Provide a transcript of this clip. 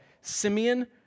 Simeon